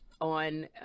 on